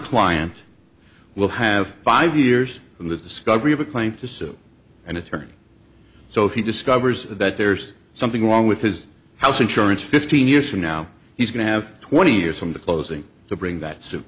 client will have five years in the discovery of a claim to sue and attorney so he discovers that there's something wrong with his house insurance fifteen years from now he's going to have twenty years from the closing to bring that su